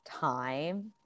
time